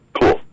Cool